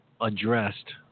addressed